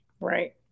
Right